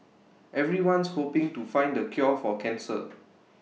everyone's hoping to find the cure for cancer